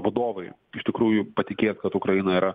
vadovai iš tikrųjų patikėt kad ukraina yra